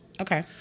Okay